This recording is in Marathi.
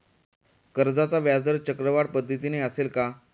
कर्जाचा व्याजदर चक्रवाढ पद्धतीने असेल का?